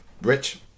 Rich